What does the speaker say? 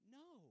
no